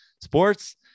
sports